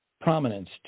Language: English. prominence